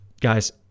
guys